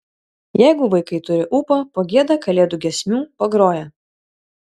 jeigu vaikai turi ūpo pagieda kalėdų giesmių pagroja